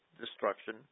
destruction